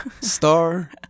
Star